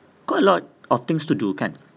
got a lot of things to do kan